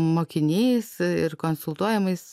mokiniais ir konsultuojamais